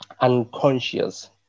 Unconscious